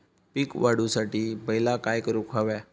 पीक वाढवुसाठी पहिला काय करूक हव्या?